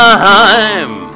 time